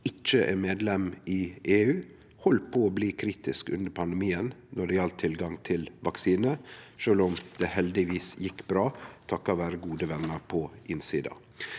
ikkje er medlem i EU, heldt på å bli kritisk under pandemien når det gjaldt tilgang til vaksiner, sjølv om det heldigvis gjekk bra – takka vere gode vener på innsida.